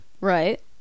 Right